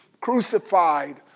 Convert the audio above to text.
crucified